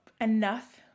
enough